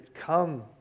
come